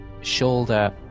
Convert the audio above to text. shoulder